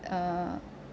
err